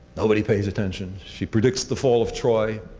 nobody pays attention. she predicts the fall of troy.